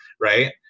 Right